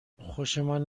خوشمان